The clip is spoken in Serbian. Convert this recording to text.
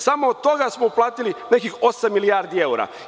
Samo od toga smo uplatili nekih osam milijardi evra.